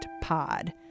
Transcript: Pod